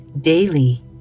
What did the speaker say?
daily